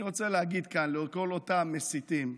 אני רוצה להגיד כאן לכל אותם מסיתים,